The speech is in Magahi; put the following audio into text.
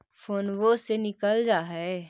फोनवो से निकल जा है?